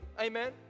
Amen